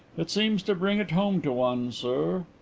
it seems to bring it home to one, sir.